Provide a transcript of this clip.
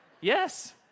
Yes